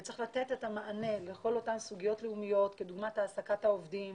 וצריך לתת את המענה לכל אותן סוגיות לאומיות כדוגמת העסקת העובדים,